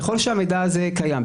ככל שהמידע הזה קיים,